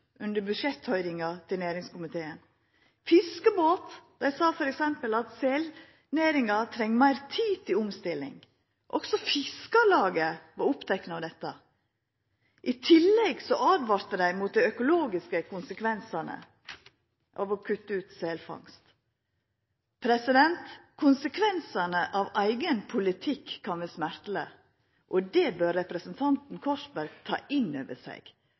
under budsjetthøyringa til næringskomiteen. Direktøren i Fiskebåt sa f.eks. at selnæringa treng meir tid til omstilling. Også Fiskarlaget var oppteke av dette. I tillegg åtvara dei mot dei økologiske konsekvensane av å kutta ut selfangst. Konsekvensane av eigen politikk kan vera smertelege. Det bør representanten Korsberg ta inn over seg.